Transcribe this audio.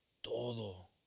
todo